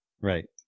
Right